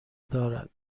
دارد